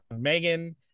Megan